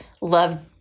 love